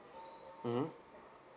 mmhmm